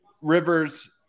rivers